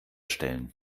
stellen